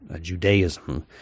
Judaism